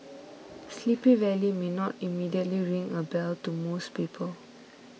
Sleepy Valley may not immediately ring a bell to most people